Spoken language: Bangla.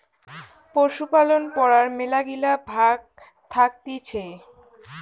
পশুপালন পড়ার মেলাগিলা ভাগ্ থাকতিছে